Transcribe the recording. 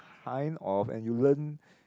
kind of and you learn